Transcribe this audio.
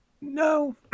no